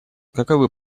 каковы